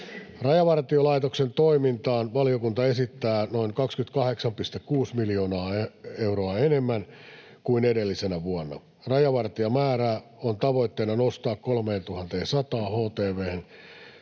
Rajavartiolaitoksen toimintaan valiokunta esittää noin 28,6 miljoonaa euroa enemmän kuin edellisenä vuonna. Rajavartijamäärää on tavoitteena nostaa 3 100 htv:hen.